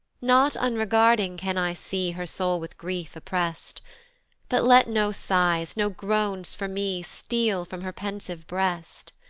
not unregarding can i see her soul with grief opprest but let no sighs, no groans for me, steal from her pensive breast.